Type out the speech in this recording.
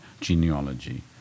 genealogy